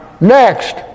Next